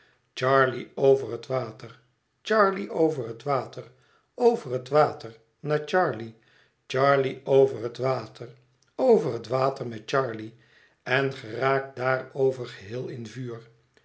charley over het water charley over het water over het water naar charley charley over het water over het water met charley en geraakt daarover geheel in vuur